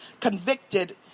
convicted